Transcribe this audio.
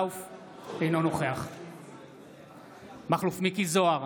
אינו נוכח מכלוף מיקי זוהר,